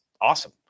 awesome